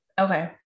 Okay